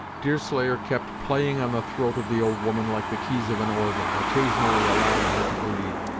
deerslayer kept playing on the throat of the old woman like the keys of an organ, occasionally allowing her to breathe,